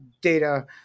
data